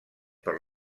per